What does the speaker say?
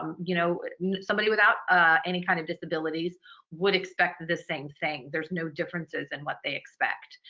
um you know somebody without any kind of disabilities would expect that the same thing. there's no differences in what they expect.